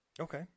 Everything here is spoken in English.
Okay